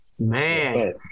man